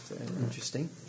Interesting